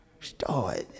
start